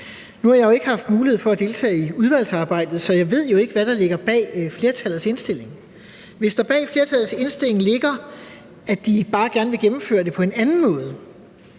Nu har jeg ikke haft mulighed for at deltage i udvalgsarbejdet, så jeg ved jo ikke, hvad der ligger bag flertallets indstilling. Hvis der bag flertallets indstilling ligger, at de bare gerne vil gennemføre det på en anden måde,